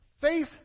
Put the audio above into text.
Faith